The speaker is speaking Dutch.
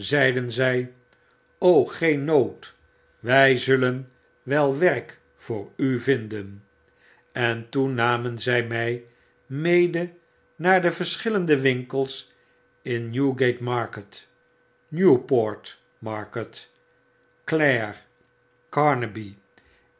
zy geen nood wy zullen wel werk voor u vindenl en toen namen zij my mede naar de verschillende winkels in newgate market newport market clare